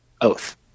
oath